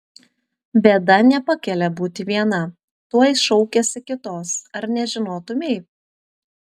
bėda nepakelia būti viena tuoj šaukiasi kitos ar nežinotumei